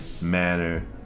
manner